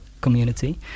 community